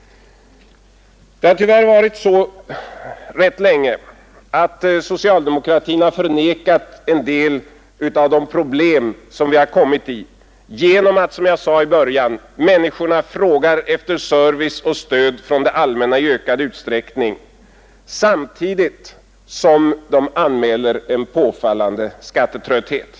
Det har tyvärr rätt länge varit så att socialdemokratin har förnekat en del av de problem som har uppkommit genom att, som jag sade i början, människorna frågar efter service och stöd från det allmänna i ökad utsträckning samtidigt som de anmäler en påfallande skattetrötthet.